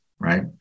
Right